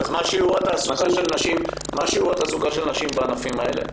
מה שיעור התעסוקה של נשים בענפים האלה?